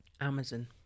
Amazon